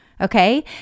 Okay